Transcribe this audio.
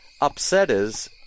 upsetters